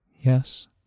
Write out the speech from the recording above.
Yes